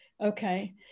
okay